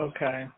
Okay